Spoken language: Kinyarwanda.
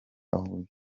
huye